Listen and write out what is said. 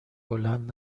بلند